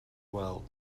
wal